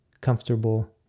comfortable